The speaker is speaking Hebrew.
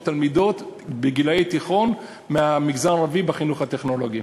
המשרד הרחיב ב-300 תלמידות בגילי תיכון מהמגזר הערבי בחינוך הטכנולוגי.